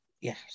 Yes